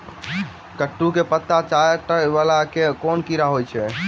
कद्दू केँ पात चाटय वला केँ कीड़ा होइ छै?